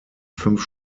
fünf